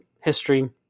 history